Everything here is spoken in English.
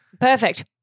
Perfect